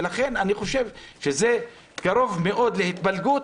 ולכן אני חושב שזה קרוב מאוד להתפלגות,